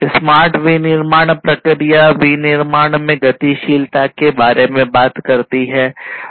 smart विनिर्माण प्रक्रिया विनिर्माण में गतिशीलता के बारे में बात करती है